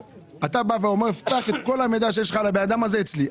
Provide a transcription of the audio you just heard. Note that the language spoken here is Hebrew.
אתה בא ואומר פתח את כל המידע שיש לך על הבן אדם הזה אצלי.